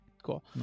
cool